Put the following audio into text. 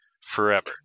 forever